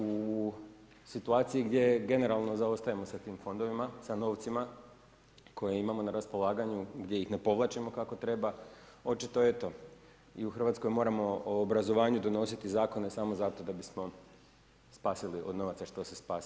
U situaciji gdje generalno zaostajemo sa tim fondovima, sa novcima koje imamo na raspolaganju gdje ne povlačimo kako treba, očito eto, i u Hrvatskoj moramo o obrazovanju moramo donositi zakone, samo zato, da bismo spasili od novaca što se spasiti da.